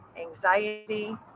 anxiety